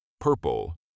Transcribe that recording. purple